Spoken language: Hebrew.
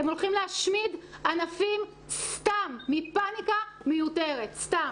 הם הולכים להשמיד ענפים סתם מפאניקה מיותרת, סתם.